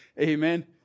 Amen